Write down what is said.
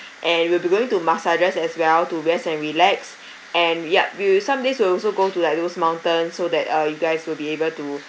and we'll be going to massages as well to rest and relax and yup we will some days will also go to like those mountains so that uh you guys will be able to